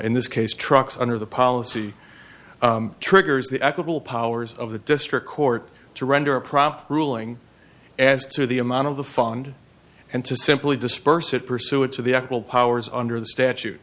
in this case trucks under the policy triggers the equable powers of the district court to render a proper ruling as to the amount of the fund and to simply disperse it pursuant to the actual powers under the statute